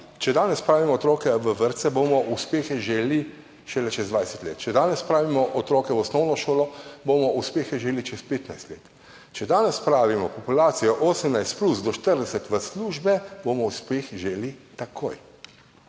če danes spravimo otroke v vrtce, bomo uspehe želeli šele čez 20 let, če danes spravimo otroke v osnovno šolo, bomo uspehe želeli čez 15 let, če danes spravimo populacijo 18 plus do 40 v službe, bomo uspeh želeli takoj.